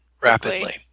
rapidly